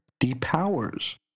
Depowers